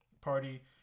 party